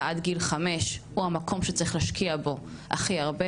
עד גיל חמש הוא המקום שצריך להשקיע בו הכי הרבה,